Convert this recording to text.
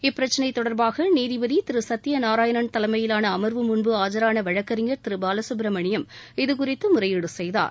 இப்பிரச்சினை தொடா்பாக நீதிபதி திரு சத்யநாராயணன் தலைமையிலான அமா்வு முன் ஆஜரான வழக்கறிஞர் திரு பாலசுப்ரமணியம் இது குறித்து முறையீடு செய்தார்